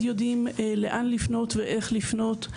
יודעים לאן לפנות ואיך לפנות.